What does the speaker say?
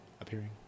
appearing